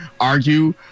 argue